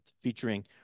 featuring